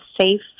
safe